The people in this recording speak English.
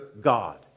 God